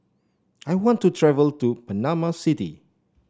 I want to travel to Panama City